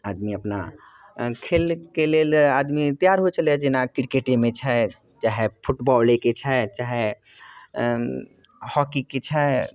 आदमी अपना खेलके लेल आदमी तैयार होइ छलै जेना क्रिकेटेमे छै चाहे फुटबॉलेके छै चाहे हॉकीके छै